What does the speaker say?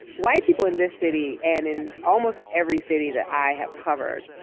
white people in this city and in almost every city that i have covered,